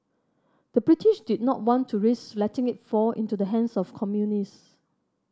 the British did not want to risk letting it fall into the hands of communist